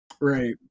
Right